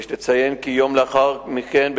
יש לציין כי יום לאחר מכן,